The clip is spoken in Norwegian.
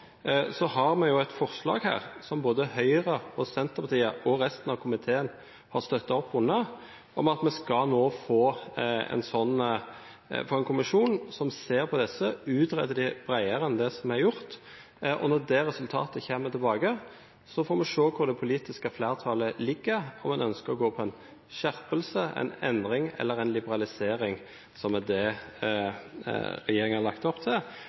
har vi et forslag til vedtak som både Høyre, Senterpartiet og resten av komiteen har støttet opp under, at vi skal få en kommisjon som ser på dette og utreder det bredere enn det som er gjort. Når det resultatet kommer, får vi ser hvor det politiske flertallet ligger – om en ønsker å gå for en skjerpelse, en endring eller en liberalisering, som er det regjeringen har lagt opp til.